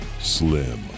Slim